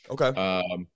Okay